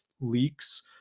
leaks